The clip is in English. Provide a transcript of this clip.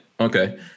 Okay